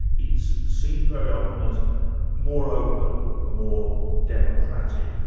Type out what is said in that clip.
it's seen very often as more open, more democratic.